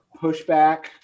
pushback